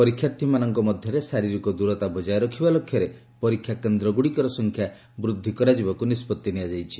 ପରୀକ୍ଷାର୍ଥୀମାନଙ୍କ ମଧ୍ୟରେ ଶାରୀରିକ ଦୂରତା ବଜାୟ ରଖିବା ଲକ୍ଷ୍ୟରେ ପରୀକ୍ଷା କେନ୍ଦ୍ରଗୁଡ଼ିକର ସଂଖ୍ୟା ବୃଦ୍ଧି କରାଯିବାକୁ ନିଷ୍ପଭି ନିଆଯାଇଛି